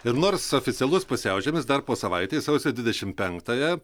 ir nors oficialus pusiaužiemis dar po savaitės sausio dvidešim penktąją